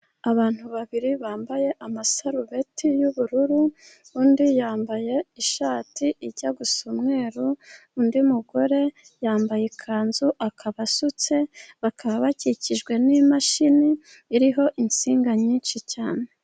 Abantu babiri bambaye amasarubeti y'ubururu, undi yambaye ishati ijya gusa umweru, undi mugore yambaye ikanzu ,akaba asutse, bakaba bakikijwe n'imashini iriho insinga nyinshi cyane.